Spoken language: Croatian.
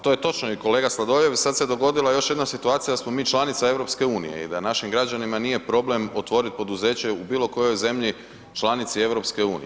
To je točno i kolega Sladoljev, sada se dogodila još jedna situacija da smo mi članica EU i da našim građanima nije problem otvoriti poduzeće u bilo kojoj zemlji članici EU.